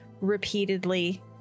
repeatedly